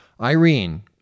Irene